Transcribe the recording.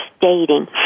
dating